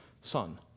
son